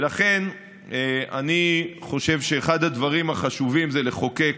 ולכן, אני חושב שאחד הדברים החשובים זה לחוקק